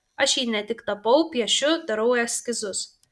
aš jį ne tik tapau piešiu darau eskizus